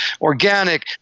organic